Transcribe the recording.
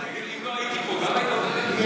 אם לא הייתי פה, גם היית מדבר על זה?